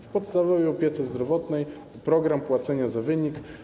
W podstawowej opiece zdrowotnej program płacenia za wynik.